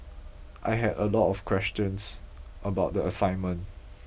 I had a lot of questions about the assignment